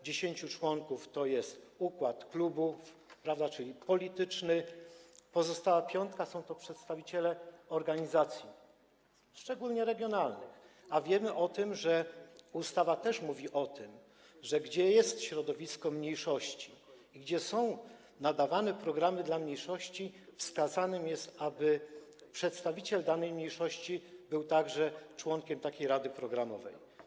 Dziesięciu członków to jest układ klubów, czyli polityczny, pozostała piątka to przedstawiciele organizacji, szczególnie regionalnych, a wiemy o tym, że ustawa też mówi o tym, że gdzie jest środowisko mniejszości i gdzie są nadawane programy dla mniejszości, wskazane jest, aby przedstawiciel danej mniejszości był także członkiem takiej rady programowej.